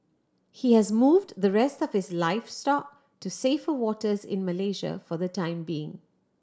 he has moved the rest of his livestock to safer waters in Malaysia for the time being